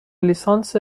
لیسانس